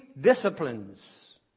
disciplines